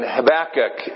Habakkuk